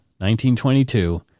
1922